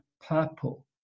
purple